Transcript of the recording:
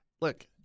Look